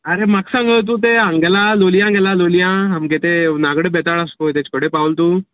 आरे म्हाका सांग तूं हांगा गेला तें लोलयां गेला लोलया आमगे ते नागडो बेताळ पळय ताजे कडेन पावला तूं